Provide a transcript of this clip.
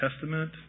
Testament